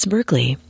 Berkeley